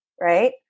Right